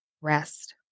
rest